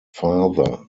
father